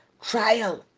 trial